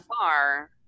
far